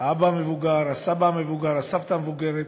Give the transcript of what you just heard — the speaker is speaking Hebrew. האבא המבוגר, הסבא המבוגר, הסבתא המבוגרת,